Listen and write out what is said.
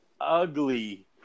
ugly